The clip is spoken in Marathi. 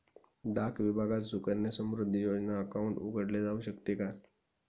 डाक विभागात सुकन्या समृद्धी योजना अकाउंट उघडले जाऊ शकते का?